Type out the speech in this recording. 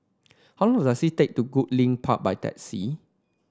how long does it take to get to Goodlink Park by taxi